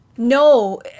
No